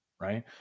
right